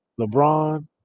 LeBron